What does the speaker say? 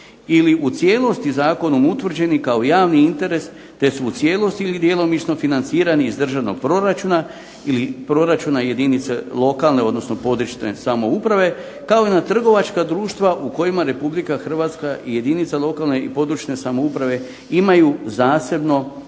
ili u cijelosti zakonom utvrđeni kao javni interes te su u cijelosti ili djelomično financirani iz državnog proračuna ili proračuna jedinica lokalne odnosno područne samouprave, kao i na trgovačka društva u kojima Republika Hrvatska i jedinica lokalne i područne samouprave imaju zasebno